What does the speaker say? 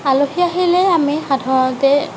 আলহী আহিলে আমি সাধাৰণতে